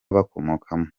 bakomokamo